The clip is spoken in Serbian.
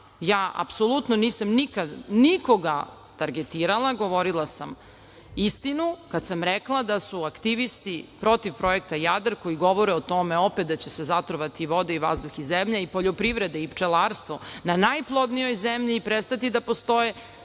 Ja apsolutno nisam nikada nikoga targetirala, govorila sam istinu kada sam rekla da su aktivisti protiv projekta Jadar koji govore o tome opet da će se zatrovati voda i vazduh i zemlja i poljoprivreda i pčelarstvo na najplodnijoj zemlji i prestati da postoje,